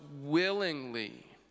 willingly